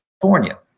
California